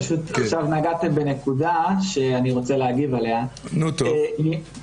פשוט עכשיו נגעתם בנקודה שאני רוצה להגיב עליה: עניין